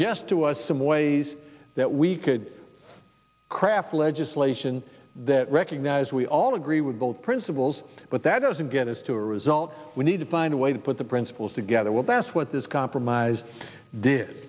suggest to us some ways that we could craft legislation that recognize we all agree with both principles but that doesn't get us to a result we need to find a way to put the principles together well that's what this compromise did